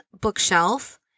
bookshelf